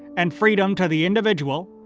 and freedom to the individual,